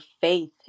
faith